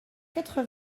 quatre